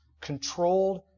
controlled